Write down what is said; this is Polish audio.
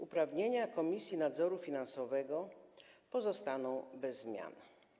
Uprawnienia Komisji Nadzoru Finansowego pozostaną bez zmian.